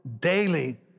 daily